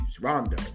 Rondo